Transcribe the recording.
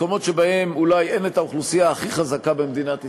מקומות שבהם אין את האוכלוסייה הכי חזקה במדינת ישראל,